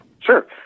Sure